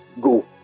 go